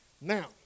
Now